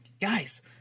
Guys